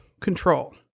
control